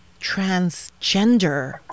transgender